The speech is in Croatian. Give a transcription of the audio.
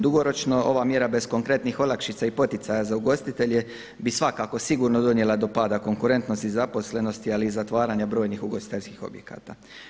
Dugoročno ova mjera bez konkretnih olakšica i poticaja za ugostitelje bi svakako sigurno donijela do pada konkurentnosti i zaposlenosti, ali i zatvaranja brojnih ugostiteljskih objekata.